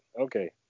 okay